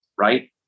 Right